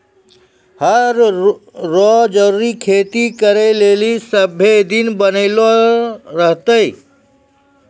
हर रो जरूरी खेती करै लेली सभ्भे दिन बनलो रहतै